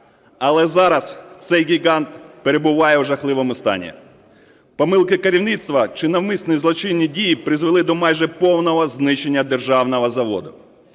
Але зараз цей гігант перебуває у жахливому стані. Помилки керівництва чи навмисні злочині дії призвели до майже повного знищення державного заводу.